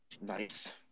Nice